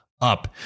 up